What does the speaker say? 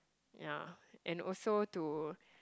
ya and also to